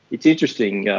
it's interesting,